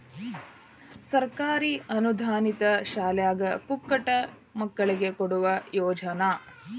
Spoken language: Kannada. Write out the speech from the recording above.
ಸರ್ಕಾರಿ ಅನುದಾನಿತ ಶಾಲ್ಯಾಗ ಪುಕ್ಕಟ ಮಕ್ಕಳಿಗೆ ಕೊಡುವ ಯೋಜನಾ